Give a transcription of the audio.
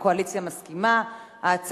הופכים את זה להצעה לסדר-היום, נכון?